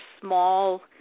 small